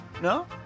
No